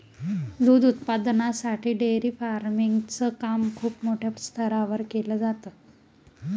दूध उत्पादनासाठी dairy farming च काम खूप मोठ्या स्तरावर केल जात